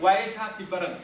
why is happy but i